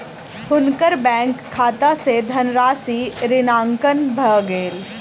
हुनकर बैंक खाता सॅ धनराशि ऋणांकन भ गेल